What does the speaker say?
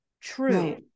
true